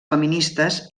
feministes